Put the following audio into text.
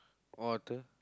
order